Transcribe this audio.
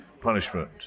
punishment